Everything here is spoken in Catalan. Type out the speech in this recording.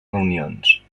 reunions